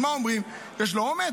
אז מה אומרים: יש לו אומץ?